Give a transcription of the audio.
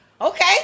Okay